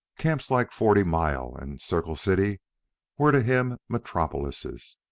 camps like forty mile and circle city were to him metropolises.